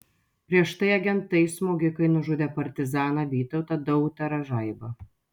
prieš tai agentai smogikai nužudė partizaną vytautą dautarą žaibą